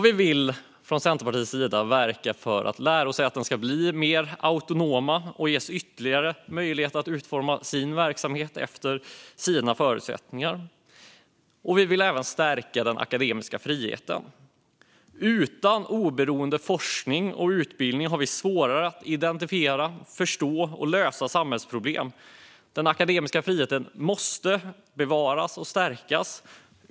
Vi vill från Centerpartiets sida verka för att lärosätena ska bli mer autonoma och ges ytterligare möjligheter att utforma sin verksamhet efter sina förutsättningar. Vi vill även stärka den akademiska friheten. Utan oberoende forskning och utbildning har vi svårare att identifiera, förstå och lösa samhällsproblem. Den akademiska friheten måste bevaras och stärkas.